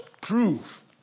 proof